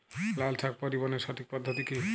লালশাক পরিবহনের সঠিক পদ্ধতি কি?